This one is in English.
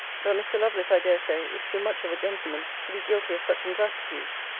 but mr. lovelace, i dare say, is too much of a gentleman to be guilty of such ingratitude.